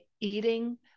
eating